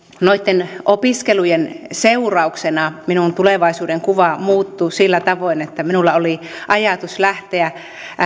noitten opiskelujen seurauksena minun tulevaisuudenkuvani muuttui sillä tavoin että minulla oli ajatus lähteä